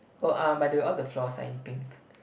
oh um by the way all the floors are in pink